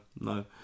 No